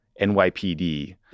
NYPD